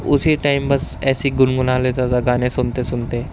اسی ٹائم بس ایسے ہی گنگنا لیتا تھا گانے سنتے سنتے